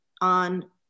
on